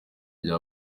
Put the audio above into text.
rya